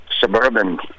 Suburban